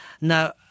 Now